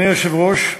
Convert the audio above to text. אדוני היושב-ראש,